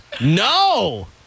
No